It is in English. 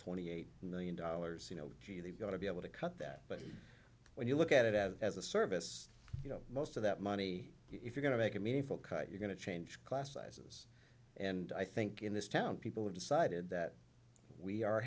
twenty eight million dollars you know gee they've got to be able to cut that but when you look at it as a service you know most of that money if you're going to make a meaningful cut you're going to change class sizes and i think in this town people have decided that we are